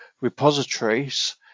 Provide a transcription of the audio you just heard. repositories